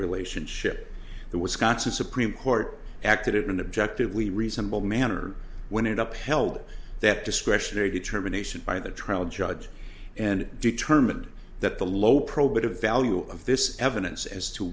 relationship the wisconsin supreme court acted in an objective we resemble manner when it up held that discretionary determination by the trial judge and determined that the low probative value of this evidence as to